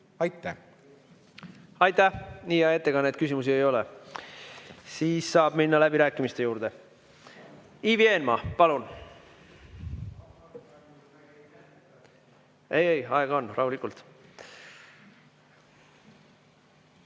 Aitäh! Aitäh! Nii hea ettekanne, et küsimusi ei ole. Saab minna läbirääkimiste juurde. Ivi Eenmaa, palun! Aega on, rahulikult.